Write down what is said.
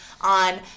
on